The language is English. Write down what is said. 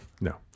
No